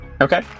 Okay